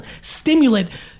stimulant